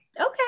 Okay